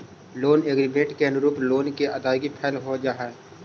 loan agreement के अनुरूप loan के अदायगी कैल जा हई